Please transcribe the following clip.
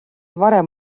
varem